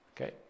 Okay